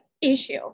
issue